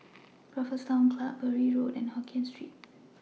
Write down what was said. Raffles Town Club Bury Road and Hokien Street